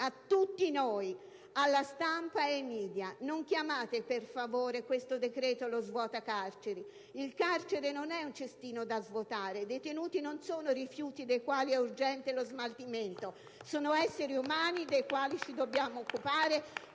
a tutti noi, alla stampa e ai *media*: non chiamate, per favore, questo decreto lo «svuota carceri». Il carcere non è un cestino da svuotare; i detenuti non sono rifiuti dei quali è urgente lo smaltimento. *(Applausi dai Gruppi* *PD e PdL)*. Sono esseri umani dei quali ci dobbiamo occupare